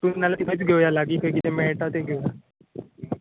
ना जाल्या थिंगा लागींच घेवुया कितें लागीं मेळटा तें घेवुया